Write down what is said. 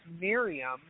Miriam